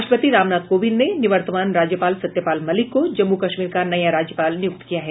राष्ट्रपति रामनाथ कोविंद ने निवर्तमान राज्यपाल सत्यपाल मलिक को जम्मू कश्मीर का नया राज्यपाल नियुक्त किया गया है